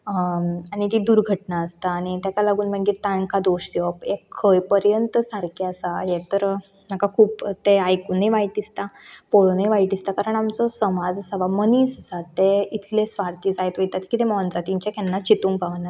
आनी ती दुर्घटना आसता आनी तेका लागून मागीर तांकां दोश दिवप हें खंय पर्यंत सारकें आसा हें तर तांकां खूब तें आयकूनय वायट दिसतां पळोनूय वायट दिसता कारण आमचो समाज आसा वा मनीस आसा तें इतलें स्वार्थी जायत वयता की तें मोनजातींचें केन्नाच चितूंक पावनात